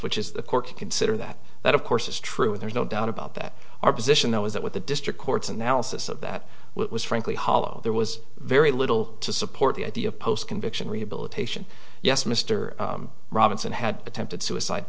which is the court to consider that that of course is true there's no doubt about that our position though is that with the district courts analysis of that was frankly hollow there was very little to support the idea of post conviction rehabilitation yes mr robinson had attempted suicide